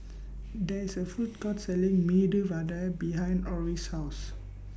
There IS A Food Court Selling Medu Vada behind Orris' House